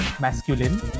masculine